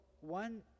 one